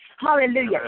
Hallelujah